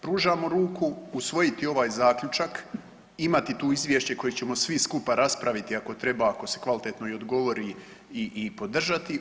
Pružamo ruku usvojiti ovaj zaključak, imati tu izvješće koje ćemo svi skupa raspraviti ako treba, ako se kvalitetno i odgovori i podržati.